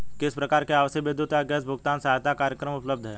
किस प्रकार के आवासीय विद्युत या गैस भुगतान सहायता कार्यक्रम उपलब्ध हैं?